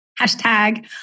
Hashtag